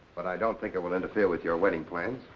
but i don't think it will interfere with your wedding plans.